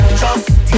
trust